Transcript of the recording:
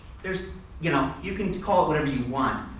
there's you know, you can call it whatever you want,